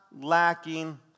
lacking